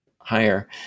higher